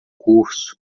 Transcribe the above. curso